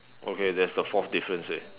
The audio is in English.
okay that's the fourth difference already